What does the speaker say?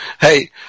hey